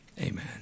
Amen